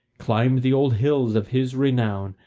climbed the old hills of his renown,